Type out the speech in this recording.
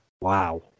wow